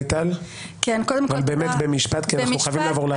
מיטל אבל באמת במשפט כי אנחנו חייבים לעבור להצבעה.